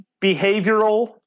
behavioral